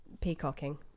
peacocking